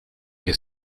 que